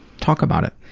talk about it.